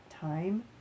time